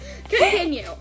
continue